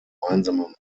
gemeinsame